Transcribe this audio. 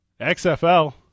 XFL